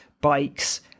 bikes